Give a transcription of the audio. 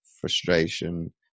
frustration